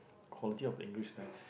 quality of English right